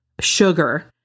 sugar